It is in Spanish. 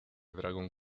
dragon